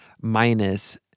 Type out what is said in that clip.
minus